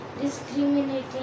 discriminating